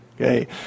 Okay